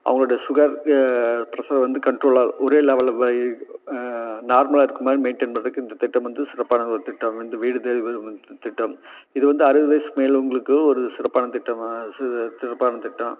அவர்களோட sugar pressure வந்து கண்ட்ரோலாக ஒரே லெவலில் வை நார்மலாக இருக்கிற மாதிரி மெயின்டெயின் பண்ணுறதுக்கு இந்த திட்டம் வந்து சிறப்பான ஒரு திட்டம் இந்த வீடுத்தேடி வரும் இந்த திட்டம் இது வந்து அறுபது வயது மேலேயுள்ளவங்களுக்கு ஒரு சிறப்பான திட்டமாக சிறப்பான திட்டம்